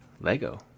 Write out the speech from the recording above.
Lego